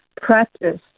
practice